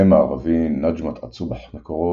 השם הערבי נג'מת א-צבח מקורו,